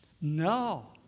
No